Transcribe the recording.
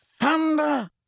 Thunder